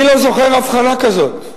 אני לא זוכר הבחנה כזו.